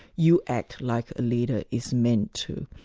you act like a leader is meant to.